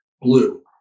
Blue